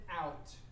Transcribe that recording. out